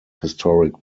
historic